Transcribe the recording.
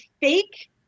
fake